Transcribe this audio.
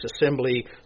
assembly